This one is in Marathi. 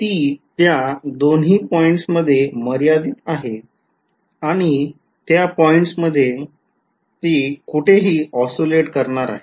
ती त्या दोन्ही पॉईंट्स मध्ये मर्यादित आहे आणि त्या पॉईंट्स मध्ये कुठेही oscillate करणार आहे